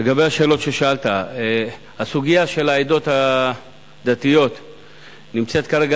לגבי השאלות ששאלת: הסוגיה של העדות הדתיות נמצאת כרגע